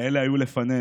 כאלה היו לפנינו,